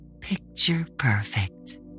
picture-perfect